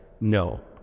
no